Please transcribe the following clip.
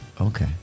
Okay